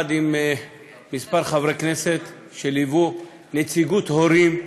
יחד עם כמה חברי כנסת, בליווי נציגות הורים,